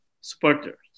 supporters